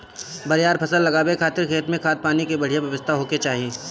बरियार फसल लगावे खातिर खेत में खाद, पानी के बढ़िया व्यवस्था होखे के चाही